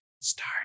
start